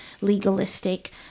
legalistic